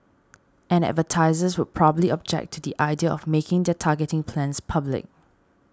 and advertisers would probably object to the idea of making their targeting plans public